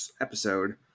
episode